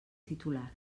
titular